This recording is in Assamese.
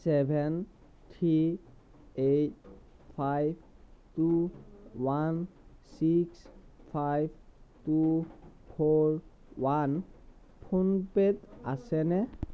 seven three eight five two one six five two four one ফোন পে'ত আছেনে